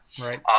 right